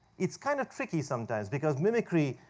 it's kind of tricky sometimes, because mimicry,